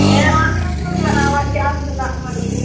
হ্যাঁ আমিও শুনলাম ও আজকে আসবে না ফারুখ